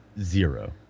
Zero